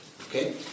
Okay